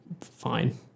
fine